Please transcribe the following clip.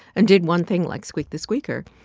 and did one thing like squeak the squeaker,